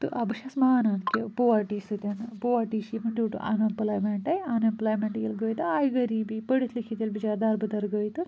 تہٕ آ بہٕ چھیٚس مانان کہِ پووَرٹی سۭتۍ پووَرٹی چھِ ڈیٛو ٹُو اَن ایٚمپٕلایمیٚنٹٔے اَن ایٚمپٕلایمیٚنٛٹ ییٚلہِ گٔے تہٕ آیہِ غریٖبی پٔرِتھ لیٚکھتھ ییٚلہِ بِچٲرۍ دربٕدر گٔے تہٕ